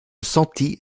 sentit